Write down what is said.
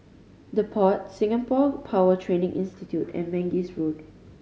The Pod Singapore Power Training Institute and Mangis Road